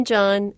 John